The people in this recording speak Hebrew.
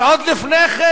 אבל עוד לפני כן